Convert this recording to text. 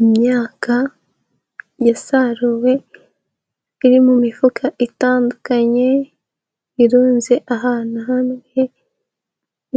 Imyaka yasaruwe iri mu mifuka itandukanye, irunze ahantu hamwe,